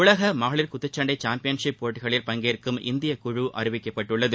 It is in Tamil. உலக மகளிர் குத்துச்சண்டை சாம்பியன்ஷிப் போட்டிகளில் பங்கேற்கும் இந்திய குழு அறிவிக்கப்பட்டுள்ளது